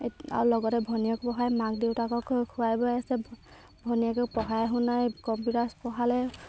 আৰু লগতে ভনীয়েকক পঢ়াই মাক দেউতাকক খুৱাই বুৱাই আছে ভনীয়েকক পঢ়াই শুনাই কম্পিউটাৰ পঢ়ালে